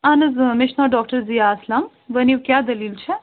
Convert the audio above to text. اَہَن حظ مےٚ چھُ ناو ڈاکٹر ضیا اسلم ؤنِو کیٛاہ دٔلیٖل چھَ